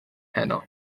heno